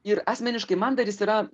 ir asmeniškai man dar jis yra